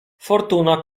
fortuna